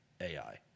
AI